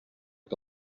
que